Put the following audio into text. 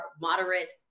moderate